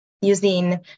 using